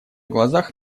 глазах